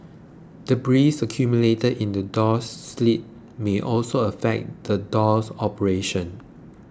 debris accumulated in the door sill may also affect the door's operation